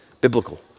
biblical